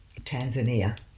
Tanzania